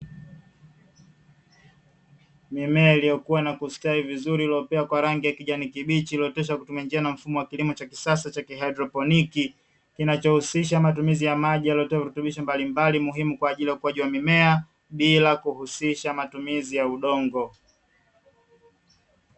Mimea iliyokuwa na kustawi vizuri iliopea kwa rangi ya kijani kibichi ilioyooteshwa kwa kutumia njia na mfumo wa kilimo cha kisasa cha kihaidroponi, kinachohusisha matumizi ya maji yanayotiwa virutubisho mbalimbali muhimu kwa ajili ya ukuaji wa mimea, bila kuhusisha matumizi ya udongo.